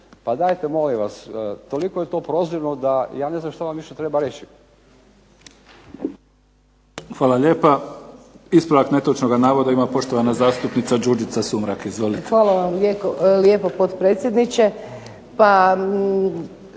Pa dajte molim vas, toliko je to prozirno da ja ne znam što vam više treba reći. **Mimica, Neven (SDP)** Hvala lijepa. Ispravak netočnoga navoda ima poštovana zastupnica Đurđica Sumrak. Izvolite.